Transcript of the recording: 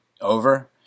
over